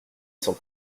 sans